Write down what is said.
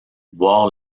voir